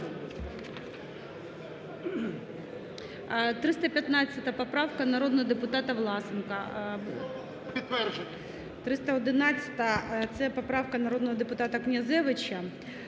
315 поправка народного депутата Власенка. 311-а, це поправка народного депутата Князевича,